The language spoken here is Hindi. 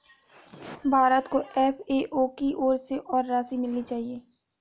भारत को एफ.ए.ओ की ओर से और राशि मिलनी चाहिए